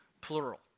plural